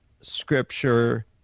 scripture